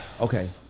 Okay